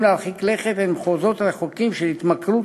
להרחיק לכת אל מחוזות רחוקים של התמכרות,